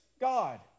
God